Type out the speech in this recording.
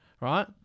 Right